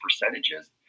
percentages